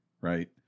right